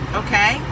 okay